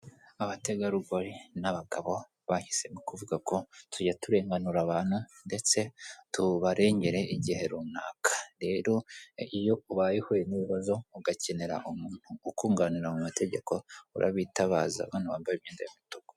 Abategarugori n'abagabo bahisemo kuvuga ko tujya turenganura abantu ndetse tubarengere igihe runaka , rero iyo ubaye uhuye n'ibibazo ugakenera umuntu ukunganira mu mategeko urabitabaza bano wambaye imyenda y'umutuku.